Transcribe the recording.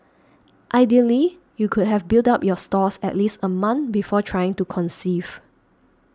ideally you could have built up your stores at least a month before trying to conceive